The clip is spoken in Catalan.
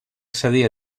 accedir